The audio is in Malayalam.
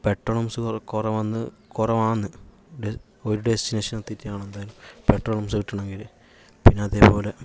പെട്രോൾസ് പമ്പ്സ് കുറവെന്ന് കുറവാണ് ഒരു ഡെസ്റ്റിനേഷൻ എത്തിയിട്ടാണത്രേ പെട്രോൾ പമ്പ്സ് കിട്ടണമെങ്കില് പിന്നെ അതേപോലെ